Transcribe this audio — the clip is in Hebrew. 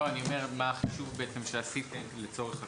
לא, מה החישוב שעשיתם לצורך הקביעה?